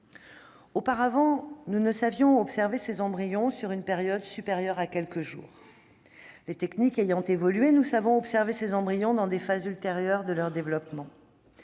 Auparavant, nous ne savions pas observer ces embryons sur une période supérieure à quelques jours. Les techniques ayant évolué, nous savons désormais les observer à des phases ultérieures de leur développement.